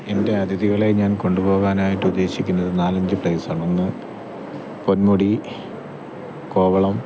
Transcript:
എൻ്റെ അതിഥികളെ ഞാൻ കൊണ്ടു പോവാനായിട്ട് ഉദ്ദേശിക്കുന്നത് നാല് അഞ്ച് പ്ലെസുണ്ട് ഒന്ന് പൊന്മുടി കോവളം